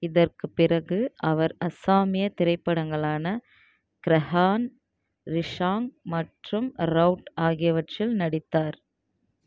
இதற்குப் பிறகு அவர் அசாமிய திரைப்படங்களான கிரஹான் ரிஷாங் மற்றும் ரௌட் ஆகியவற்றில் நடித்தார்